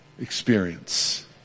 experience